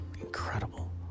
Incredible